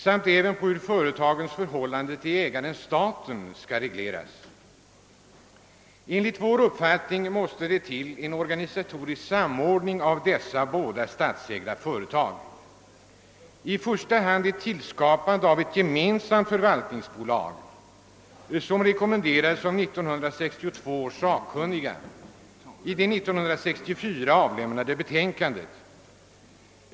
samt även på hur företagens förhållande till ägaren—staten skall regleras.» Enligt vår uppfattning måste det till en organisatorisk samordning av dessa båda statsägda företag, i första hand genom tillskapande av ett gemensamt förvaltningsbolag — som rekommenderas av 1962 års sakkunniga i det 1964 avlämnade betänkandet.